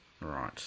Right